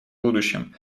будущем